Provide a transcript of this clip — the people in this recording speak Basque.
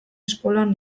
eskolan